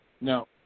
No